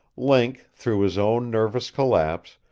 link, through his own nervous collapse,